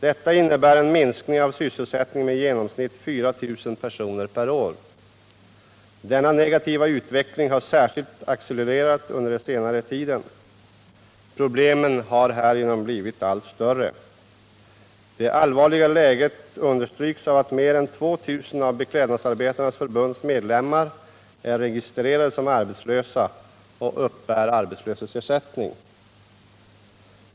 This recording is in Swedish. Detta innebär en minskning av sysselsättningen med i genomsnitt 4 000 personer per år. Denna negativa utveckling har särskilt accelererats under den senaste tiden. Problemen har härigenom blivit allt större. Det allvarliga läget understryks av att mer än 2000 av Beklädnadsarbetarnas förbunds medlemmar är registrerade som arbetslösa och uppbär arbetslöshetsersättning.